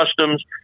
Customs